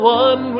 one